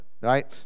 right